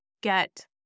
get